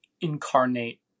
incarnate